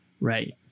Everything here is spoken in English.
right